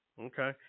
okay